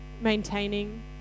maintaining